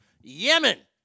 Yemen